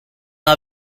are